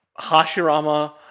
Hashirama